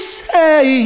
say